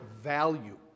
value